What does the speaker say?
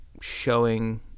showing